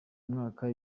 mwaka